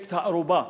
אפקט הארובה,